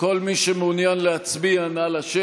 אנא תפסי